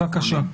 בבקשה.